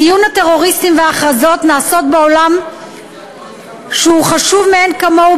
ציון הטרוריסטים וההכרזות שנעשות בעולם הוא חשוב מאין כמוהו,